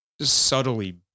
subtly